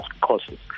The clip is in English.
courses